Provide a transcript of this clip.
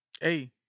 Hey